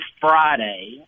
friday